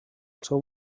seu